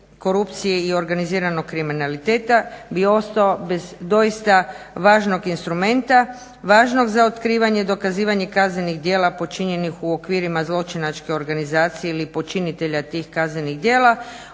izvanredno ublažavanje kazne USKOK bi ostao bez doista važnog instrumenta, važnog za otkrivanje i dokazivanje kaznenih djela počinjenih u okvirima zločinačke organizacija ili počinitelja tih kaznenih djela,